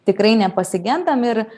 tikrai nepasigendam ir